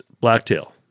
blacktail